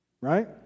Right